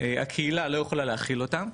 הקהילה לא יכולה להכיל אותם,